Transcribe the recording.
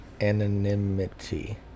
anonymity